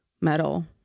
metal